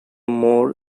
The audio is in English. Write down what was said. more